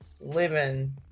Living